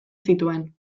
zituen